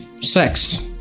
sex